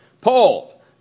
Paul